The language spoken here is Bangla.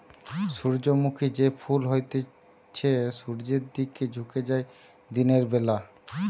সূর্যমুখী যে ফুল হতিছে সূর্যের দিকে ঝুকে যায় দিনের বেলা